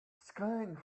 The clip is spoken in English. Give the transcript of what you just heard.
scaring